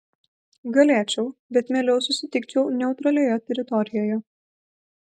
galėčiau bet mieliau susitikčiau neutralioje teritorijoje